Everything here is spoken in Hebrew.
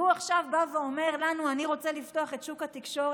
והוא עכשיו בא ואומר לנו: אני רוצה לפתוח את שוק התקשורת?